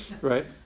Right